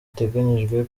iteganyijwe